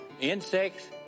Insects